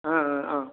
ஆ ஆ ஆ